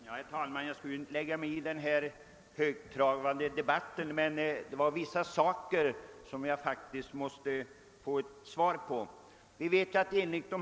Herr talman! Jag vill inte lägga mig i denna högtravande debatt. Men det var vissa saker som jag faktiskt måste få ett besked om.